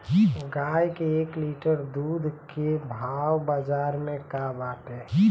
गाय के एक लीटर दूध के भाव बाजार में का बाटे?